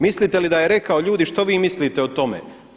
Mislite li da je rekao ljudi šta vi mislite o tome.